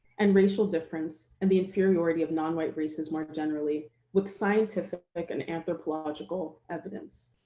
and racial difference and the inferiority of non-white races more generally with scientific like and anthropological evidence.